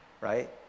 right